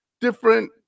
different